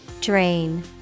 Drain